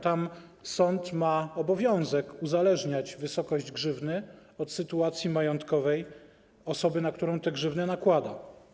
Tam sąd ma obowiązek uzależniać wysokość grzywny od sytuacji majątkowej osoby, na którą tę grzywnę nakłada.